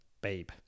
Babe